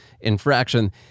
infraction